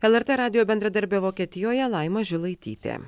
lrt radijo bendradarbė vokietijoje laima žilaitytė